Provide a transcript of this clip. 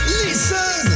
Listen